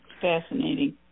Fascinating